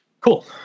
Cool